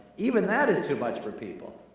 even that is too much for people!